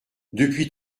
depuis